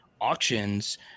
auctions